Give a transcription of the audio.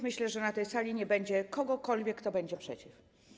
Myślę, że na tej sali nie będzie kogokolwiek, kto będzie przeciw.